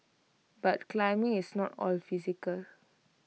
but climbing is not all physical